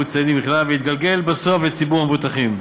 הקבוצתיים בכלל ולהתגלגל בסוף על ציבור המבוטחים.